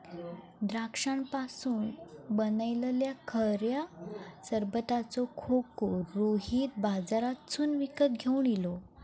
द्राक्षांपासून बनयलल्या खऱ्या सरबताचो खोको रोहित बाजारातसून विकत घेवन इलो